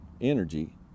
energy